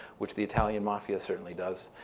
which the italian mafia certainly does,